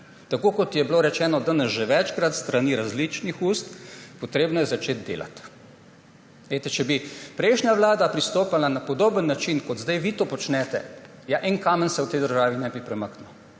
Tako kot je bilo rečeno danes že večkrat s strani različnih ust, treba je začeti delati. Če bi prejšnja vlada pristopala na podoben način, kot sedaj vi to počnete, ja, en kamen se v tej državi ne bi premaknil.